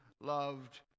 loved